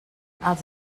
els